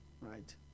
right